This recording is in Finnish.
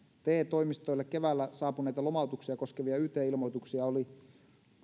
te toimistoille keväällä saapuneita lomautuksia koskevia yt ilmoituksia oli